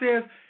says